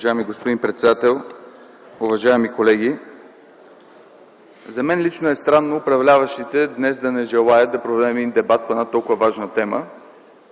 Уважаеми господин председател, уважаеми колеги! За мен лично е странно управляващите днес да не желаят да проведем дебат по една толкова важна тема.